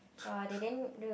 !wah! they didn't do